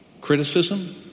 criticism